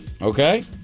Okay